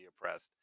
oppressed